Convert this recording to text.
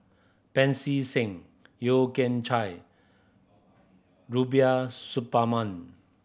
Pancy Seng Yeo Kian Chye Rubiah Suparman